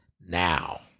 now